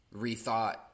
rethought